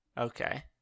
Okay